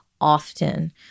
often